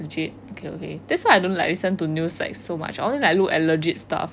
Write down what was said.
legit okay okay that's why I don't like listen to news like so much I only like look at legit stuff